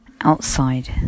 outside